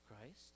Christ